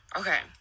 okay